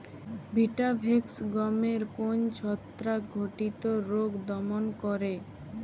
Vitavax গমের কোন ছত্রাক ঘটিত রোগ দমন করে?